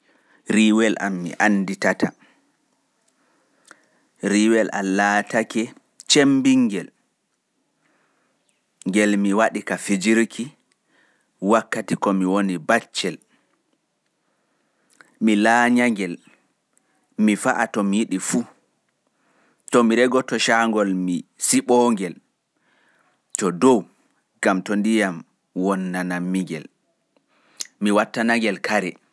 Riwa am mi anditata. Nga laatake riwa riwa cembinga nga mi waɗi ka fijirki, mi laanya nga mi fa'a to mi yiɗi, to mi regoto sangol mi siɓoonga to dow gam to ndiyam wonna nga.